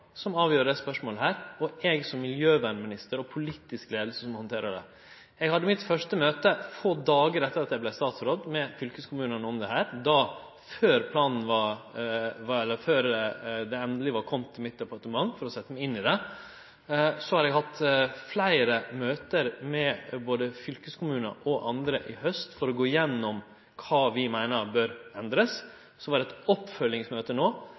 som miljøvernminister og politisk leiar som handterer det. Eg hadde mitt første møte om dette med fylkeskommunane få dagar etter at eg vart statsråd, før det endeleg hadde kome til departementet mitt, for å setje meg inn i det. Så har eg hatt fleire møte med både fylkeskommunar og andre i haust for å gå igjennom kva vi meiner bør endrast. Det var eit oppfølgingsmøte